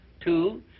Two